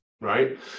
right